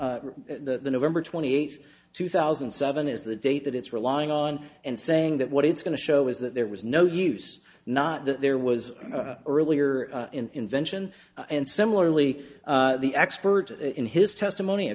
invention the november twenty eighth two thousand and seven is the date that it's relying on and saying that what it's going to show is that there was no use not that there was earlier in vention and similarly the expert in his testimony a